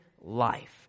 life